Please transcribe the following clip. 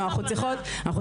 לא ביקשו ממני.